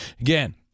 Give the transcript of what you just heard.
Again